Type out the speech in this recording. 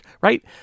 right